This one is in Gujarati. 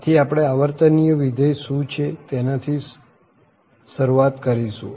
આથી આપણે આવર્તનીય વિધેય શું છે તેના થી શરૂઆત કરીશું